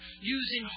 using